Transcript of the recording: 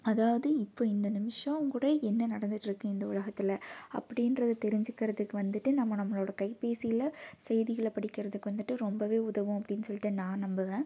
அதாவது இப்போ இந்த நிமிஷம் கூட என்ன நடந்துகிட்ருக்கு இந்த உலகத்தில் அப்படின்றத தெரிஞ்சுக்கிறதுக்கு வந்துட்டு நம்ம நம்மளோடய கைபேசியில் செய்திகளை படிக்கிறதுக்கு வந்துட்டு ரொம்பவே உதவும் அப்படின் சொல்லிட்டு நான் நம்புவேன்